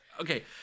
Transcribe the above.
Okay